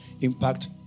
Impact